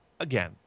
Again